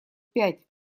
пять